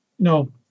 No